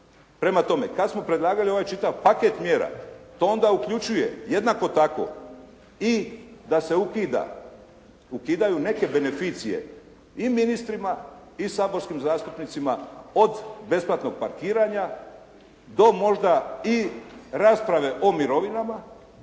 Prema tome, kad smo predlagali ovaj čitav paket mjera to onda uključuje jednako tako i da se ukidaju neke beneficije i ministrima i saborskim zastupnicima od besplatnog parkiranja do možda i rasprave o mirovinama,